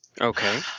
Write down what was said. Okay